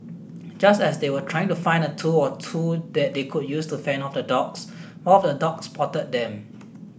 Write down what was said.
just as they were trying to find a tool or two that they could use to fend off the dogs one of the dogs spotted them